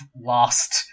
lost